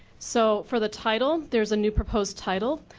so for the title, there's a new proposed title.